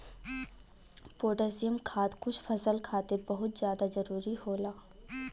potassium खाद कुछ फसल खातिर बहुत जादा जरूरी होला